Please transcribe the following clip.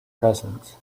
presence